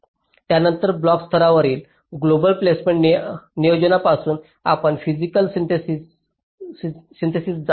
त्यानंतर ब्लॉक स्तरावरील global placements नियोजनापासून आपण फिसिकल सिन्थेसिसात जा